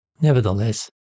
Nevertheless